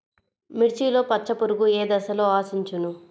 మిర్చిలో పచ్చ పురుగు ఏ దశలో ఆశించును?